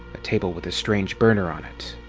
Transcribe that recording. a table with a strange burner on it.